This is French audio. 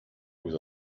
vous